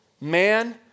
man